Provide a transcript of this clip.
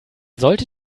sollte